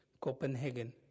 Copenhagen